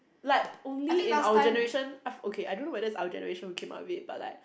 like only in our generation okay I don't know whether is our generation who came out with it but like